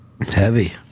Heavy